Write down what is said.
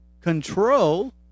Control